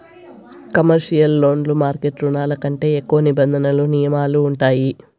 commercial లోన్లు market రుణాల కంటే ఎక్కువ నిబంధనలు నియమాలు ఉంటాయి